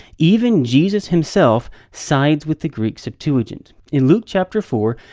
even jesus himself, sides with the greek septuagint. in luke, chapter four,